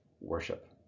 worship